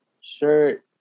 shirt